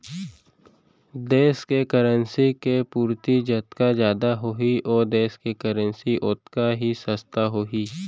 देस के करेंसी के पूरति जतका जादा होही ओ देस के करेंसी ओतका ही सस्ता होही